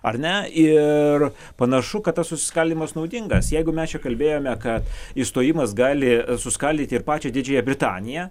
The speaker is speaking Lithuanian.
ar ne ir panašu kad tas susiskaldymas naudingas jeigu mes čia kalbėjome kad išstojimas gali suskaldyti ir pačią didžiąją britaniją